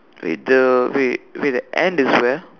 wait the wait wait the and is where ah